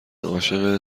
عاشق